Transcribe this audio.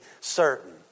certain